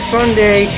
Sunday